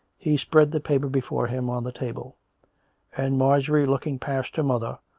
he spread the paper before him on the table and mar jorie, looking past her mother,